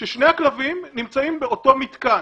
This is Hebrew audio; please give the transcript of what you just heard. ששני הכלבים נמצאים באותו מתקן.